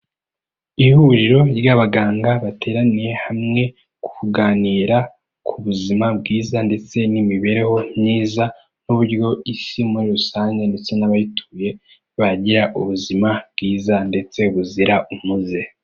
Ihuriro ry'abaganga bateraniye hamwe kuganira ku buzima bwiza ndetse n'imibereho myiza n'uburyo isi muri rusange ndetse n'abayituye bagira ubuzima bwiza ndetse buzira umuze.